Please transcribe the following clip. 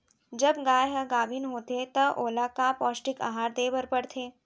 जब गाय ह गाभिन होथे त ओला का पौष्टिक आहार दे बर पढ़थे?